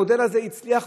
המודל הזה הצליח,